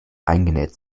eingenäht